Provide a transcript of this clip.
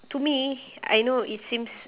to me I know it seems